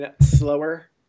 slower